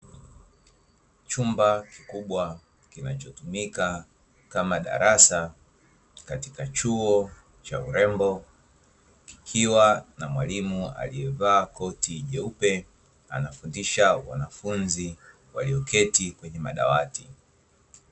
Chumba kikubwa kinachotumika kama darasa katika chuo cha urembo kikiwa na mwalimu aliyevaa koti jeupe, anafundisha wanafunzi walioketi kwenye madawati.